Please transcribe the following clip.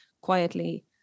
quietly